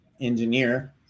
engineer